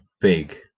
big